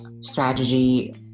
strategy